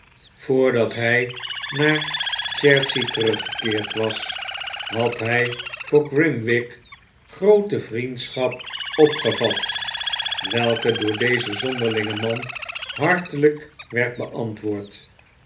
voordat hij naar chertsey teruggekeerd was had hif voor grimwig groote vriendschap opgevat welke door dezen zonderlingen man hartelijk werd beantwoord